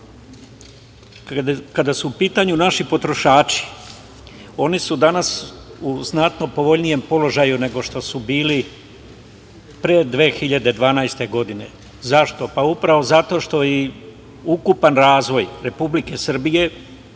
tela. Kada su u pitanju naši potrošači, oni su danas u znatno povoljnijem položaju, nego što su bili, pre 2012. godine. Zašto? Upravo zato što je ukupan razvoj Republike Srbije,